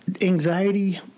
anxiety